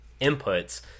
inputs